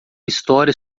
história